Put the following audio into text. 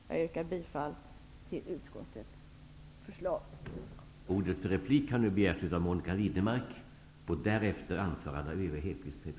Jag yrkar bifall till utskottets förslag.